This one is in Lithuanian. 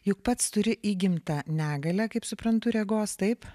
juk pats turi įgimtą negalią kaip suprantu regos taip